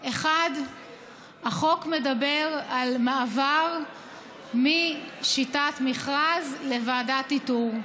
1. החוק מדבר על מעבר משיטת מכרז לוועדת איתור.